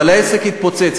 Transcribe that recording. אבל העסק התפוצץ.